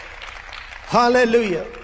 Hallelujah